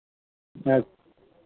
ᱟᱪᱪᱷᱟ